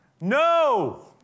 No